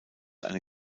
eine